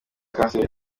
cancer